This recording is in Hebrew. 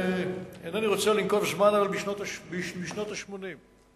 אינני רוצה לנקוב בזמן, אבל בשנות ה-80.